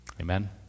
Amen